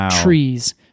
trees